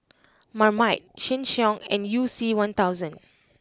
Marmite Sheng Siong and you C One Thousand